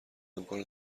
امکان